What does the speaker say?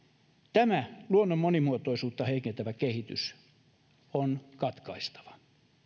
tämä luonnon monimuotoisuutta heikentävä kehitys on katkaistava